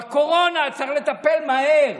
בקורונה צריך לטפל מהר,